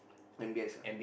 M_B_S ah